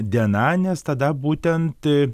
diena nes tada būtent